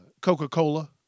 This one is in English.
Coca-Cola